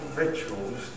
rituals